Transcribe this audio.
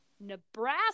nebraska